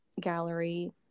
gallery